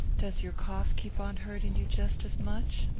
does your cough keep on hurting you jest as much?